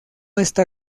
está